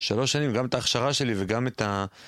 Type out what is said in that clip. שלוש שנים, גם את ההכשרה שלי וגם את ה...